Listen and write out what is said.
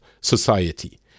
society